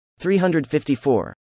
354